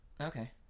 Okay